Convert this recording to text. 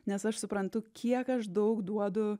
nes aš suprantu kiek aš daug duodu